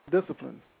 Discipline